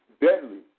deadly